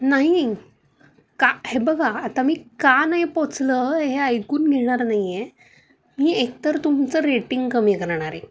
नाही का हे बघा आता मी का नाही पोहोचलं हे ऐकून घेणार नाही आहे मी एकतर तुमचं रेटिंग कमी करणार आहे